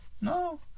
No